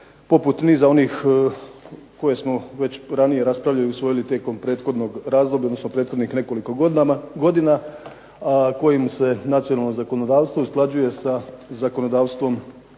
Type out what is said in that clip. poput niza onih koje smo već ranije raspravili i usvojili tijekom prethodnog razdoblja, odnosno prethodnih nekoliko godina, a kojim se nacionalno zakonodavstvo usklađuje sa zakonodavstvom